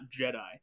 Jedi